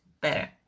better